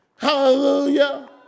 Hallelujah